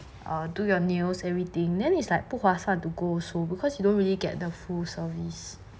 or do your nails everything then is like 不划算 to go so because you don't really get the full service